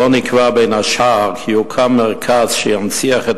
ובו נקבע בין השאר כי יוקם מרכז שינציח את